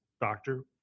Doctor